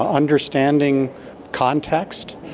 ah understanding context,